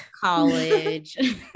college